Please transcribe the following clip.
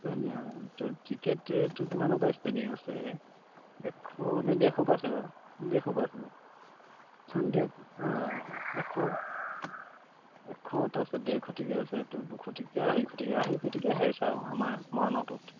ধুনীয়া তোৰ টিকেট তোৰ কিমানৰপৰা ষ্টাৰ্টিং আছে এশ নে ডেৰশৰপৰা আছে বাাৰু ডেৰশৰপৰা আছে নে হানড্ৰেড এশ এশত আছে ডেৰশ টকীয়া আছে তোৰ দুশটকীয়া আঢৈশ টকীয়া আঢ়ৈশ টকীয়াই হায়েষ্ট আৰু আমাৰ মৰাণৰটোত